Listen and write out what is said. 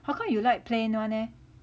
how come you like plain [one] ah